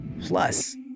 plus